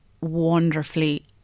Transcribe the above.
wonderfully